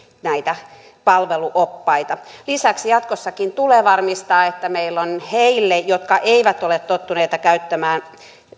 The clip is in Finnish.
näitä palveluoppaita lisäksi jatkossakin tulee varmistaa että meillä on heille jotka eivät ole tottuneita käyttämään